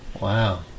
Wow